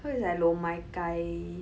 so it's like lo mai gai